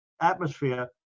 atmosphere